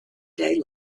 day